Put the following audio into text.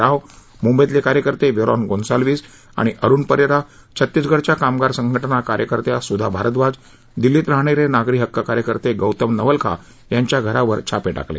राव मुंबईतले कार्यकर्ते वेरॉन गोन्झालविस आणि अरुण परेरा छत्तिसगडच्या कामगार संघटना कार्यकर्त्यां सुधा भारद्वाजदिल्लीत राहणारे नागरी हक्क कार्यकर्ते गौतम नवलाखा यांच्या घरावर छापे टाकले